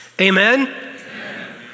Amen